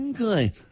okay